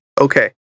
Okay